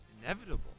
Inevitable